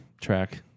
track